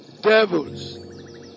devils